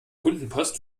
kundenpost